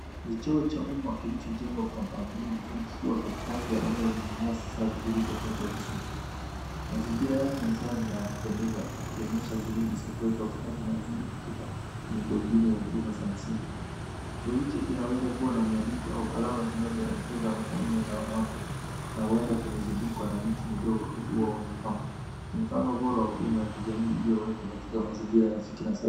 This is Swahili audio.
Ni Choo cha umma kilichojengwa kwa mpangilio mzuri kikiwa katikati ya eneo lenye nyasi safi zilizo katwa vizuri. Mazingira yake ni safi na ya kupendeza ikionyesha juhudi za kuweka usafi na uzuri katika miundo nzuri ya huduma za msingi. Choo hicho kinaweza kuwa na miandiko au alama zinazoelekeza waume na wanawake na huenda kimezungukwa na miti mindogo au ua wa mapambo. Ni mfano bora wa huduma za kijamii iliyowekwa katika mazingira rafiki na salama.